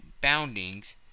boundings